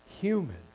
human